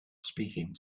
speaking